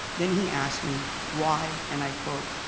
then he asked me why, and i quote,